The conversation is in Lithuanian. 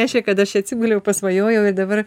reiškia kad aš atsiguliau pasvajojau ir dabar